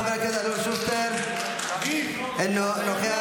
חבר הכנסת אלון שוסטר, אינו נוכח.